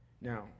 Now